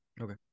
Okay